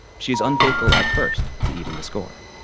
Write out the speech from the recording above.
she's unfaithful at first to even the score.